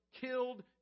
killed